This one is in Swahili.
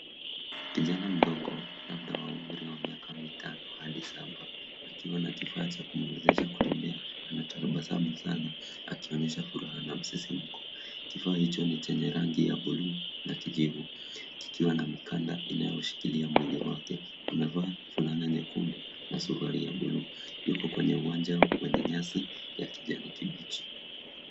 Kijana mdogo labda wa umri wa miaka mitano hadi saba, akiwa na kifaa cha kumwezesha kutembea anatabasamu sana akionyesha furaha na msisimko. Kifaa hicho ni chenye rangi ya bluu na kijivu kikiwa na mikanda inayoshikiila mwili wake. Amevaa fulana nyekundu na suruali ya bluu. Yuko kwenye uwanja wenye nyasi ya kijani kibichi.